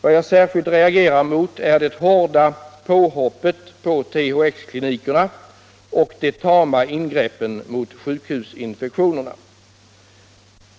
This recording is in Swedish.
— Vad jag särskilt reagerar mot är det hårda påhoppet på THX-klinikerna och de tama ingreppen mot sjukhusinfektionerna.